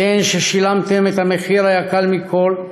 אתן, ששילמתן את המחיר היקר מכול,